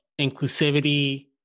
inclusivity